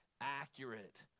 accurate